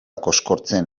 koskortzen